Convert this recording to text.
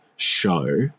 show